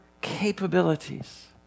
capabilities